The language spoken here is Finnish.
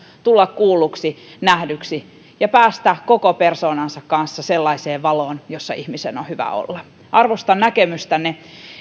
tulla kuulluksi nähdyksi ja päästä koko persoonansa kanssa sellaiseen valoon että ihmisen on hyvä olla arvostan näkemystänne